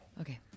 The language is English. Okay